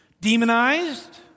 demonized